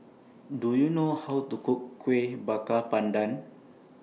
Do YOU know How to Cook Kuih Bakar Pandan